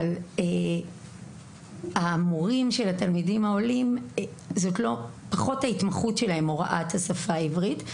אבל שהמורים של התלמידים העולים לא מתמחים בהוראת השפה העברית.